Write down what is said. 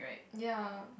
ya